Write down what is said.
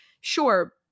sure